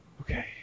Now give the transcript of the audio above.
Okay